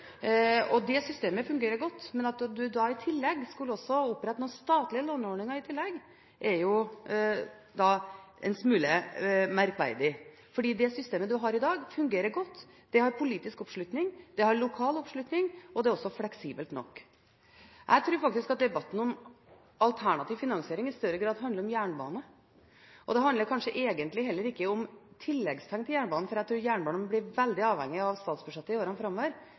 Det systemet fungerer godt, men det at en i tillegg skal opprette noen statlige låneordninger, er en smule merkverdig, for det systemet en har i dag, fungerer godt – det har politisk oppslutning, det har lokal oppslutning, og det er også fleksibelt nok. Jeg tror faktisk at debatten om alternativ finansiering i større grad handler om jernbane. Det handler kanskje egentlig heller ikke om tilleggspenger til jernbanen, for jeg tror jernbanen blir veldig avhengig av statsbudsjettet i årene framover.